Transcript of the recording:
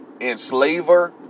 enslaver